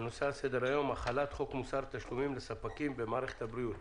על סדר-היום: החלת חוק מוסר תשלומים לספקים על מערכת הבריאות.